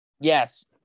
yes